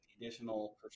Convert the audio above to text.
additional